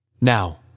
now